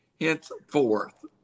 henceforth